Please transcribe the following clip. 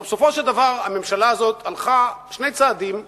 הלוא בסופו של דבר הממשלה הזאת הלכה שני צעדים קדימה,